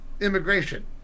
immigration